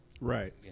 Right